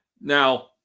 Now